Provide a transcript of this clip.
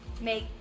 make